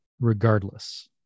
Regardless